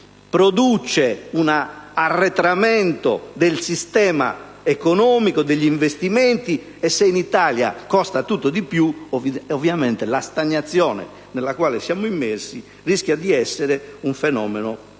produce un arretramento del sistema economico e degli investimenti. Se in Italia costa tutto di più, ovviamente la stagnazione nella quale siamo immersi rischia di essere un fenomeno